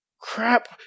Crap